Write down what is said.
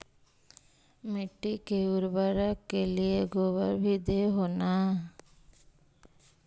मिट्टी के उर्बरक के लिये गोबर भी दे हो न?